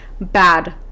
bad